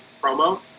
promo